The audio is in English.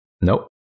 Nope